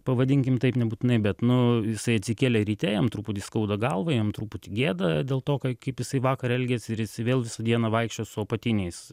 pavadinkim taip nebūtinai bet nu jisai atsikėlė ryte jam truputį skauda galvą jam truputį gėda dėl to ka kaip jisai vakar elgėsi ir jisai vėl visą dieną vaikščiojo su apatiniais